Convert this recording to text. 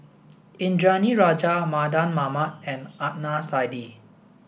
Indranee Rajah Mardan Mamat and Adnan Saidi